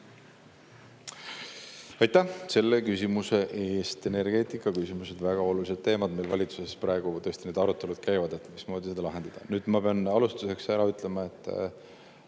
Aitäh selle küsimuse eest! Energeetikaküsimused on väga olulised teemad meil valitsuses praegu tõesti, arutelud käivad, mismoodi neid lahendada. Ma pean alustuseks ära ütlema, et